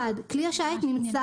(1) כלי השיט נמצא